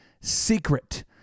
secret